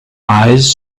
eyes